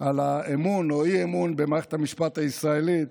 על האמון או אי-אמון במערכת המשפט הישראלית,